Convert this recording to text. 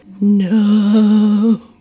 No